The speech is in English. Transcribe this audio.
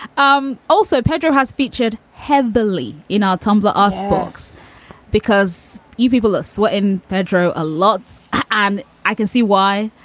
um also, pedro has featured heavily in our tumblr ah horsebox because you people are swapping pedro a lot. and i can see why.